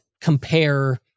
compare